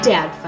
Dad